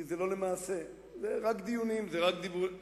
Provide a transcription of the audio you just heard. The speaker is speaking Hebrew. כי זה לא למעשה, זה רק דיונים, זה רק דיבורים.